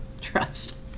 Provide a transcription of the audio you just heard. Trust